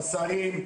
השרים,